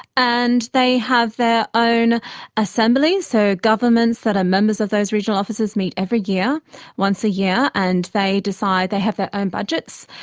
and they have their own assembly, so governments that are members of those regional offices meet every year once a year, yeah and they decide, they have their own budgets,